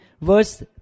verse